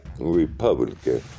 Republican